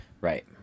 right